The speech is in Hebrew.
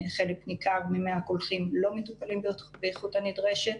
חלק ניכר ממי הקולחים לא מטופלים באיכות הנדרשת.